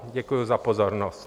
Děkuji za pozornost.